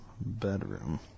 bedroom